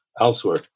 elsewhere